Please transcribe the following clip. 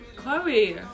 Chloe